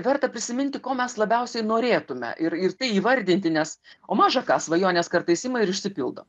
verta prisiminti ko mes labiausiai norėtume ir ir tai įvardinti nes o maža ką svajonės kartais ima ir išsipildo